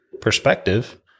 perspective